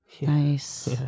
Nice